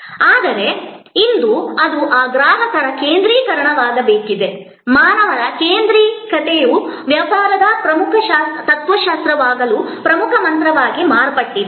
ಆದರೆ ಇಂದು ಅದು ಈ ಗ್ರಾಹಕರ ಕೇಂದ್ರೀಕರಣವಾಗಬೇಕಿದೆ ಮಾನವರ ಕೇಂದ್ರಿತತೆಯು ವ್ಯವಹಾರದ ಪ್ರಮುಖ ತತ್ವಶಾಸ್ತ್ರವಾಗಲು ಪ್ರಮುಖ ಮಂತ್ರವಾಗಿ ಮಾರ್ಪಟ್ಟಿದೆ